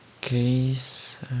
case